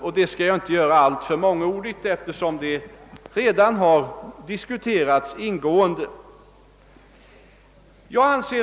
Jag skall inte bli så mångordig eftersom de redan diskuterats ingående.